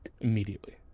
immediately